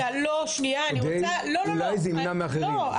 אולי זה ימנע מאחרים.